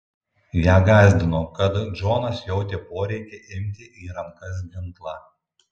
ją gąsdino kad džonas jautė poreikį imti į rankas ginklą